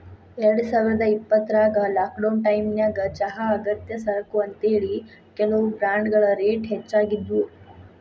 ಎರಡುಸಾವಿರದ ಇಪ್ಪತ್ರಾಗ ಲಾಕ್ಡೌನ್ ಟೈಮಿನ್ಯಾಗ ಚಹಾ ಅಗತ್ಯ ಸರಕು ಅಂತೇಳಿ, ಕೆಲವು ಬ್ರಾಂಡ್ಗಳ ರೇಟ್ ಹೆಚ್ಚಾಗಿದ್ವು